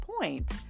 point